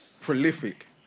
prolific